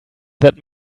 that